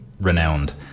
renowned